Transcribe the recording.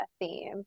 theme